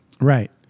Right